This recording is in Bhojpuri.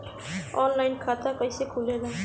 आनलाइन खाता कइसे खुलेला?